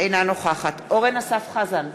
אינה נוכחת אורן אסף חזן,